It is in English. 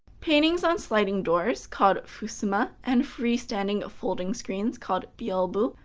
paintings on sliding doors called fusuma, and freestanding folding screens called byobu,